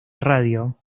radio